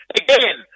again